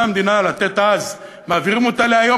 המדינה לתת אז ומעבירים אותה להיום,